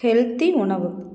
healthy உணவு